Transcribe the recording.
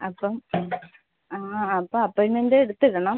അപ്പം അപ്പം അപ്പോയിൻറ്മെൻറ് എടുത്തിടണം